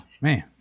man